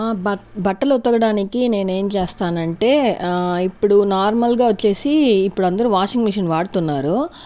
ఆ బట్ బట్టలుతకడానికి నేనేం చేస్తానంటే ఇప్పుడు నార్మల్ గా వచ్చేసి ఇప్పుడు అందరు వాషింగ్ మిషన్ వాడుతున్నారు